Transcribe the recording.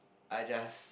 I just